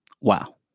Wow